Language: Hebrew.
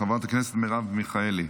חברת הכנסת מרב מיכאלי,